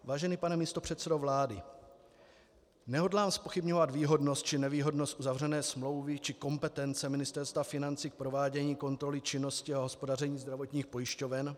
Vážený pane místopředsedo vlády, nehodlám zpochybňovat výhodnost či nevýhodnost uzavřené smlouvy či kompetence Ministerstva financí k provádění kontroly činnosti a hospodaření zdravotních pojišťoven.